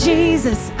Jesus